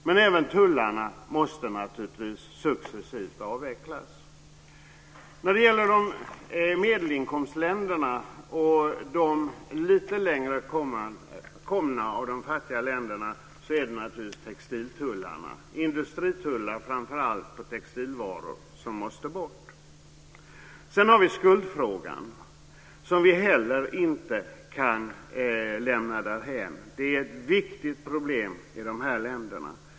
Men även tullarna måste naturligtvis successivt avvecklas. För medelinkomstländerna och de lite längre komna av de fattiga länderna handlar det förstås om textiltullarna - industritullar på framför allt textilvaror. De måste bort. Vi kan inte heller lämna skuldfrågan därhän. Det är ett viktigt problem i dessa länder.